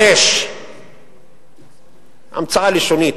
המצאה לשונית,